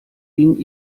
ging